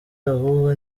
ahubwo